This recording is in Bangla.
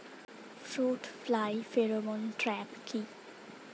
ফ্রুট ফ্লাই ফেরোমন ট্র্যাপ কি?